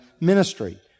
ministry